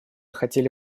хотели